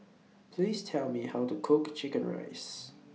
Please Tell Me How to Cook Chicken Rice